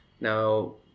Now